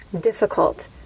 difficult